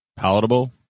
palatable